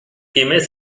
ems